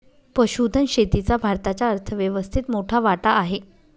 पशुधन शेतीचा भारताच्या अर्थव्यवस्थेत मोठा वाटा आहे